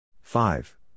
Five